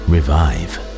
Revive